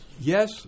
yes